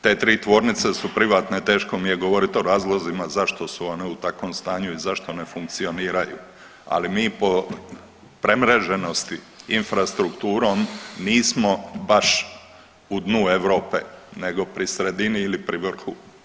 Te tri tvornice su privatne, teško mi je govoriti o razlozima zašto su one u takvom stanju i zašto ne funkcioniraju, ali mi po premreženosti infrastrukturom nismo baš u dnu Europe nego pri sredini ili pri vrhu.